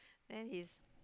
then he's